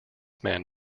men